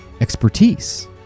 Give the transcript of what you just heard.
Expertise